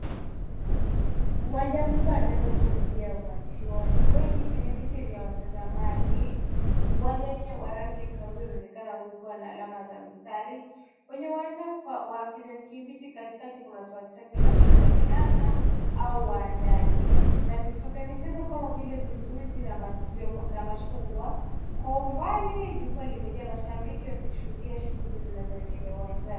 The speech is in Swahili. Uwanja mkubwa wa riadha ukiwa umejaa umati wa watu wengi kwenye viti vya watazamaji. Uwanja wenyewe wa rangi ya kahawia unaonekana ukiwa na alama za mistari. Kwenye uwanja wa kijani kibichi katikati kuna watu wachache labda wanariadha au waandaji na vifaa vya michezo kama vile vizuizi na machungwa. Kwa umbali jukwaa limejaa mashabiki wakishuhudia shughuli zinazoendelea uwanjani.